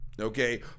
Okay